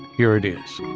here it is